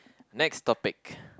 next topic